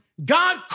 God